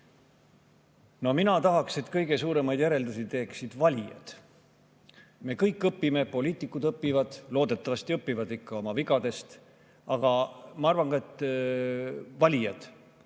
Mina tahan, et kõige suuremaid järeldusi teeksid valijad. Me kõik õpime, poliitikud õpivad – loodetavasti õpivad ikka – oma vigadest. Aga ma arvan, et valijad